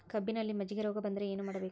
ಕಬ್ಬಿನಲ್ಲಿ ಮಜ್ಜಿಗೆ ರೋಗ ಬಂದರೆ ಏನು ಮಾಡಬೇಕು?